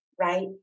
right